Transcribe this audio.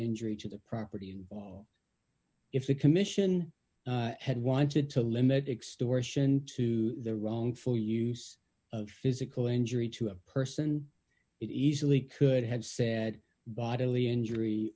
injury to the property and if the commission had wanted to limit extortion to the wrongful use of physical injury to a person it easily could have said bodily injury